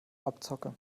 abzocke